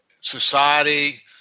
society